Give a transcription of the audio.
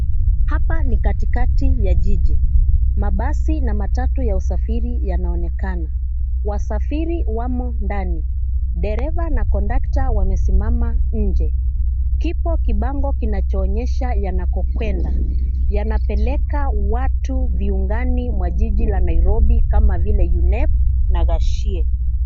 Hapa ni katikati ya jiji, mabasi na matatu ya usafiri yanaonekana. Wasafiri wamo ndani. Dereva na conductor wamesimama nje. Kipo kibango kinacho onyesha yanakoenda , yanapeleka watu viungani mwa jiji la Nairobi kama vile UNEP na Gacie.